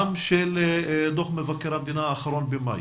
גם דוח מבקר המדינה האחרון שיצא בחודש מאי